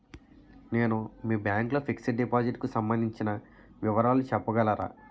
నేను మీ బ్యాంక్ లో ఫిక్సడ్ డెపోసిట్ కు సంబందించిన వివరాలు చెప్పగలరా?